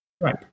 Right